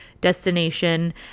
Destination